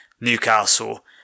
Newcastle